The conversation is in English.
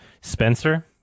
Spencer